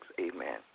amen